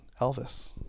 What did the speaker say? Elvis